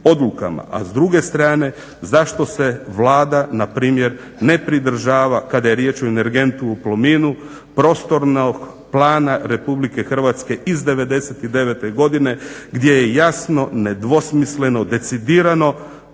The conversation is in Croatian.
A s druge strane zašto se Vlada npr. ne pridržava kada je riječ o energentu u Plominu prostornog plana RH iz '99.godine gdje je jasno nedvosmisleno decidirano